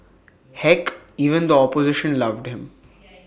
heck even the opposition loved him